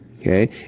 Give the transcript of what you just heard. Okay